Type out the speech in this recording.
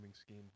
scheme